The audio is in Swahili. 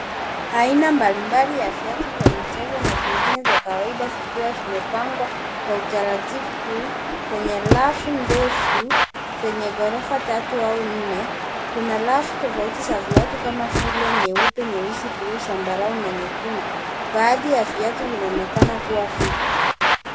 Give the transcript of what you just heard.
Aina mbalimbali ya viatu vya mchezo na vingine vya kawaida vikiwa vimepangwa kwa utaratibu kwenye rafu ndefu zenye ghorofa tatu au nne. Kuna rafu tofauti za viatu kama vile nyeupe, nyeusi, bluu, zambarau na nyekundu. Baadhi ya viatu vinaonekana kuwa vipya.